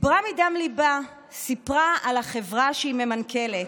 דיברה מדם ליבה, סיפרה על החברה שהיא ממנכ"לת.